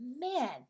man